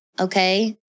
okay